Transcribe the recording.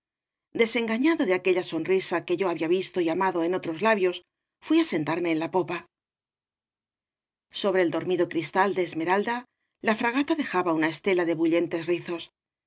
desengañado de aquella sonrisa que yo había visto y amado en otros labios fui á sentarme en la popa sobre el dormido cristal de esmeralda la fragata dejaba una estela de bullentes rizos